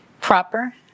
proper